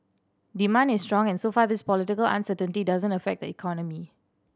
demand is strong and so far this political uncertainty doesn't affect the economy